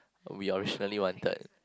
we originally wanted